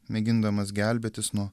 mėgindamas gelbėtis nuo